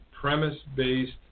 premise-based